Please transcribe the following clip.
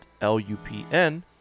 L-U-P-N